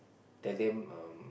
tell them um